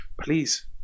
please